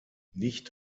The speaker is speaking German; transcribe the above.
nicht